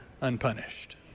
unpunished